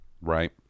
right